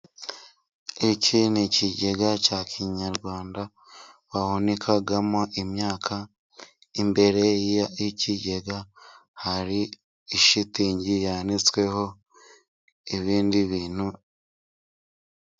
Iki ni ikigega cya kinyarwanda bahunikamo imyaka imbere y'ikigega hari ishitingi yanitsweho ibindi bintu.